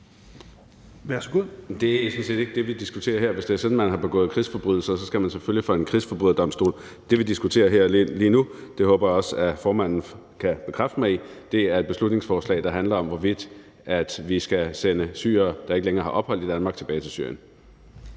Det er sådan set ikke det, vi diskuterer her. Hvis det er sådan, at man har begået krigsforbrydelser, skal man selvfølgelig for en krigsforbryderdomstol. Det, vi diskuterer lige nu – og det håber jeg også at formanden kan bekræfte mig i – er et beslutningsforslag, der handler om, hvorvidt vi skal sende syrere, der ikke længere har ophold i Danmark, tilbage til Syrien.